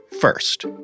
first